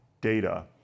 data